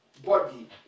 Body